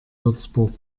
würzburg